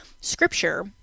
Scripture